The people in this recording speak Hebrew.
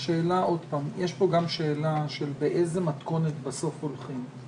יש פה גם שאלה באיזה מתכונת בסוף הולכים?